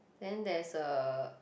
then there's a